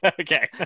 Okay